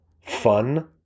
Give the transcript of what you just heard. Fun